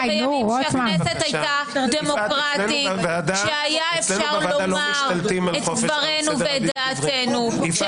כשהיה אפשר לומר את דברינו- -- יפעת,